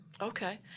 Okay